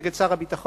נגד שר הביטחון,